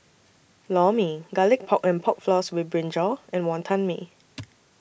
Lor Mee Garlic Pork and Pork Floss with Brinjal and Wonton Mee